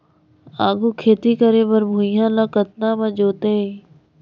आघु खेती करे बर भुइयां ल कतना म जोतेयं?